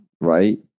right